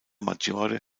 maggiore